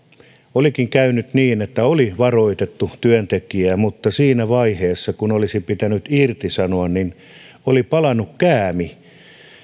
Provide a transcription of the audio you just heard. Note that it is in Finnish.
olikin käynyt niin että oli varoitettu työntekijää mutta siinä vaiheessa kun olisi pitänyt irtisanoa oli palanut käämi